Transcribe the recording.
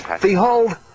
Behold